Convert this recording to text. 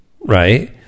right